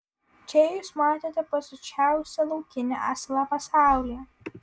čia jūs matote pasiučiausią laukinį asilą pasaulyje